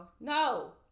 no